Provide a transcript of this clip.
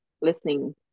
listening